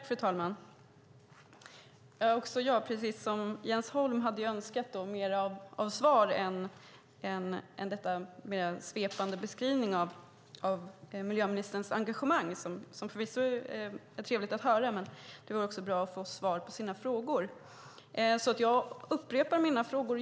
Fru talman! Också jag, precis som Jens Holm, hade önskat mer av svar än denna mer svepande beskrivning av miljöministerns engagemang, som förvisso är trevligt att höra, men det vore också bra att få svar på sina frågor. Jag upprepar därför mina frågor.